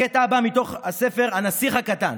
הקטע הבא מתוך הספר הנסיך הקטן